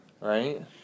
right